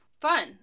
fun